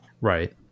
right